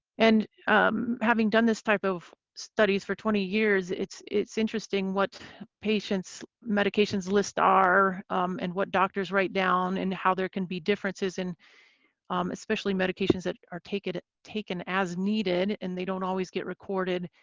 and having done this type of study for twenty years, it's it's interesting what patients' medications list are and what doctors write down and how there can be differences in especially medications that are taken taken as needed and they don't always get recorded.